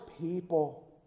people